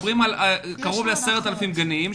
מדברים על קרוב ל-10,000 גנים,